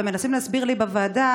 ומנסים להסביר לי בוועדה,